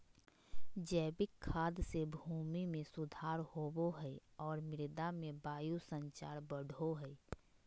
जैविक खाद से भूमि में सुधार होवो हइ और मृदा में वायु संचार बढ़ो हइ